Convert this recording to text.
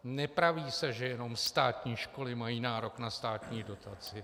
Nepraví se, že jenom státní školy mají nárok na státní dotaci.